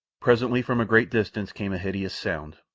presently from a great distance came a hideous sound.